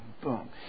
boom